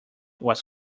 was